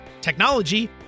technology